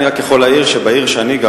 אני יכול להעיר שבעיר שאני גר,